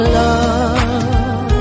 love